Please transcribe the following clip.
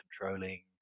controlling